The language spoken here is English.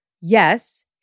yes